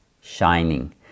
shining